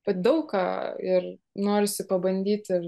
vat daug ką ir norisi pabandyt ir